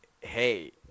hey